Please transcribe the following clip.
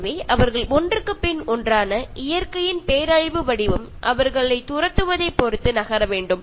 எனவே அவர்கள் ஒன்றுக்கு பின் ஒன்றான இயற்கையின் பேரழிவு வடிவம் அவர்களைத் துரத்துவதைப் பொறுத்து நகர வேண்டும்